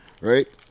right